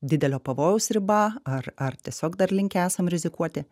didelio pavojaus riba ar ar tiesiog dar linkę esam rizikuoti